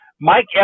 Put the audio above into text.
Mike